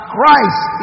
Christ